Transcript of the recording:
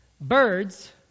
birds